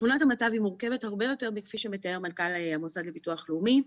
תמונת המצב היא מורכבת הרבה יותר מכפי שמתאר מנכ"ל המוסד לביטוח לאומי.